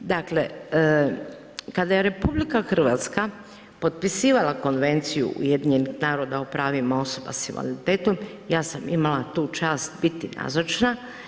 Dakle, kada je RH potpisivala Konvenciju UN-a o pravima osoba s invaliditetom ja sam imala tu čast biti nazočna.